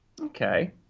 Okay